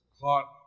caught